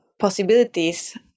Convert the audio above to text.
possibilities